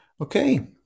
Okay